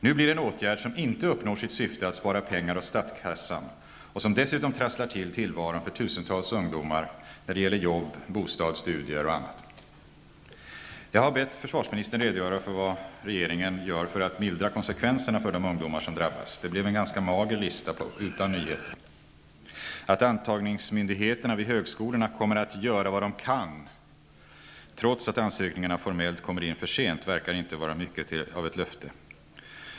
Nu blir det en åtgärd som inte uppnår sitt syfte, att spara pengar åt statskassan, och som dessutom trasslar till tillvaron för tusentals ungdomar när det gäller jobb, bostad, studier och annat. Jag har bett försvarsministern redogöra för vad regeringen gör för att mildra konsekvenserna för de ungdomar som drabbas. Det blev en ganska mager lista utan nyheter. Att antagningsmyndigheterna vid högskolorna kommer att ''göra vad de kan'' trots att ansökningarna formellt kommer in för sent verkar inte vara mycket av ett löfte.